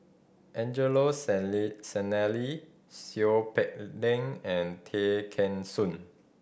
Angelo Sanelli Seow Peck Leng and Tay Kheng Soon